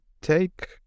take